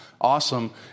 Awesome